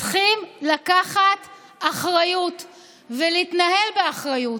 צריכים לקחת אחריות ולהתנהל באחריות.